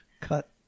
cut